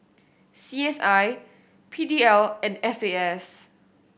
C S I P D L and F A S